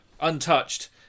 untouched